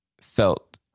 felt